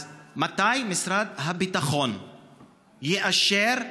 אז מתי משרד הביטחון יאשר,